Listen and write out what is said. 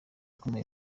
ukomeye